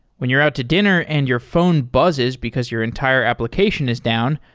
when you're out to dinner and your phone buzzes because your entire application is down,